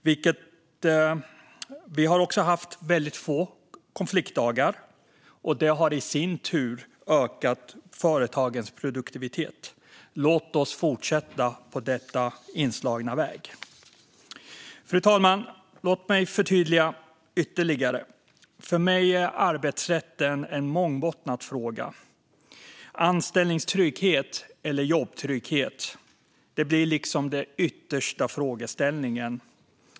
Det har också varit få konfliktdagar, och det har i sin tur ökat företagens produktivitet. Låt oss fortsätta på den inslagna vägen. Fru talman! Låt mig förtydliga ytterligare. För mig är arbetsrätten en mångbottnad fråga. Anställningstrygghet eller jobbtrygghet? Det blir liksom den yttersta frågeställningen.